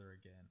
again